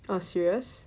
ah serious